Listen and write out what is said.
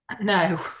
No